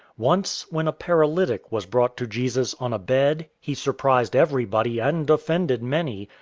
once, when a paralytic was brought to jesus on a bed, he surprised everybody, and offended many,